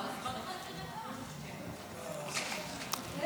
התשפ"ד 2024, נתקבל.